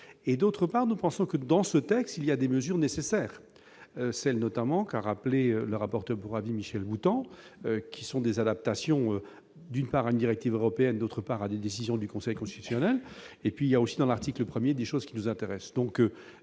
et d'autre part, nous pensons que dans ce texte il y a des mesures nécessaires, celle notamment car rappeler le rapporteur pour avis Michel Boutant, qui sont des adaptations d'une part, une directive européenne, d'autre part à des décisions du Conseil constitutionnel et puis il y a aussi dans l'article 1er des choses qui nous intéressent,